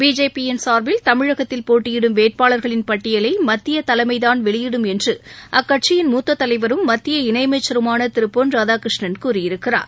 பிஜேபியின் சார்பில் தமிழகத்தில் போட்டியிடும் வேட்பாளரின் பட்டியலை மத்திய தலைமைதான் வெளியிடும் என்று பிஜேபியின் மூத்த தலைவரும் மத்திய இணையமைச்சருமான திரு பொன் ராதாகிருஷ்ணன் கூறியிருக்கிறார்